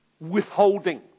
withholding